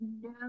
No